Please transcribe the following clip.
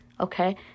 okay